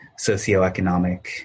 socioeconomic